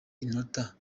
inota